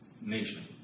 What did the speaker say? nation